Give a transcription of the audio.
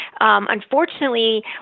Unfortunately